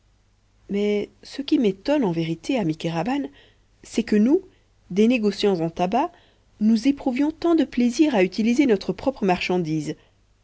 mais ce qui m'étonne en vérité ami kéraban c'est que nous des négociants en tabac nous éprouvions tant de plaisir à utiliser notre propre marchandise